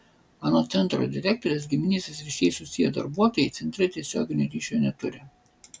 anot centro direktorės giminystės ryšiais susiję darbuotojai centre tiesioginio ryšio neturi